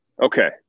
okay